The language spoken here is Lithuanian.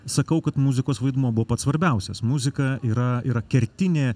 sakau kad muzikos vaidmuo buvo pats svarbiausias muzika yra yra kertinė